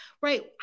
right